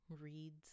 reads